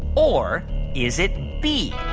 or is it b,